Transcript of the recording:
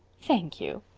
thank you.